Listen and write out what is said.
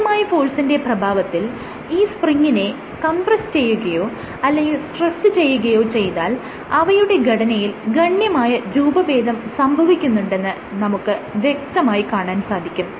നിയതമായ ഫോഴ്സിന്റെ പ്രഭാവത്തിൽ ഈ സ്പ്രിങ്ങിനെ കംപ്രസ് ചെയ്യുകയോ അല്ലെങ്കിൽ സ്ട്രെച് ചെയ്യുകയോ ചെയ്താൽ അവയുടെ ഘടനയിൽ ഗണ്യമായ രൂപഭേദം സംഭിക്കുന്നുണ്ടെന്ന് നമുക്ക് വ്യക്തമായി കാണാൻ സാധിക്കും